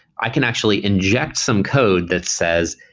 i can actually inject some code that says,